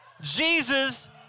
Jesus